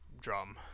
drum